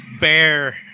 bear